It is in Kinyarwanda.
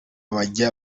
bajya